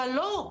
אבל לא,